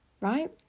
right